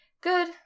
Good